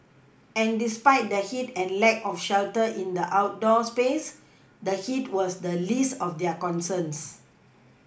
and despite the heat and lack of shelter in the outdoor space the heat was the least of their concerns